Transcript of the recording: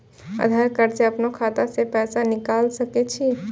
आधार कार्ड से अपनो खाता से पैसा निकाल सके छी?